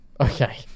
Okay